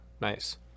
Nice